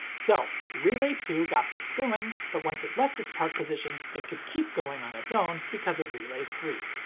so, relay two got this going, but once it left its park position, it could keep going on its own because of relay three.